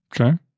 okay